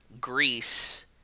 Greece